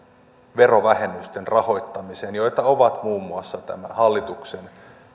verovähennysten rahoittamiseen joita ovat muun muassa tämä hallituksen